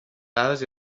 dades